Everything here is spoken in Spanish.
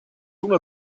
una